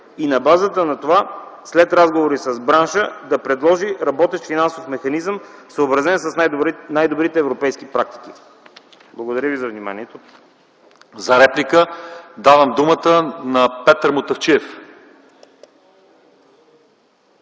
и на базата на това, след разговори с бранша да предложи работещ финансов механизъм, съобразен с най-добрите европейски проекти. Благодаря Ви за вниманието. ПРЕДСЕДАТЕЛ ЛЪЧЕЗАР ИВАНОВ: За реплика давам думата на Петър Мутафчиев.